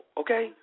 okay